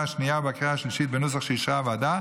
השנייה ובקריאה השלישית בנוסח שאישרה הוועדה,